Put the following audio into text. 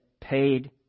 paid